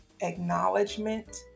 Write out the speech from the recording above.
acknowledgement